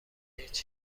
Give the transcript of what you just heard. هیچ